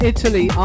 Italy